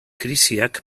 krisiak